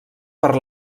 per